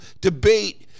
debate